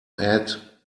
add